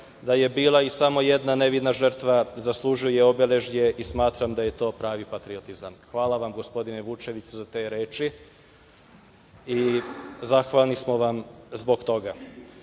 da je bila i samo jedna nevina žrtva zaslužuje obeležje i smatram da je to pravi patriotizam. Hvala vam, gospodine Vučeviću, za te reči i zahvalni smo vam zbog